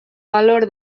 valor